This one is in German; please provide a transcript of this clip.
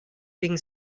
wegen